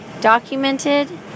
documented